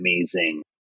amazing